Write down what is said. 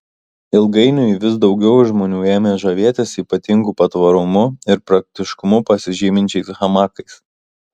ilgainiui vis daugiau žmonių ėmė žavėtis ypatingu patvarumu ir praktiškumu pasižyminčiais hamakais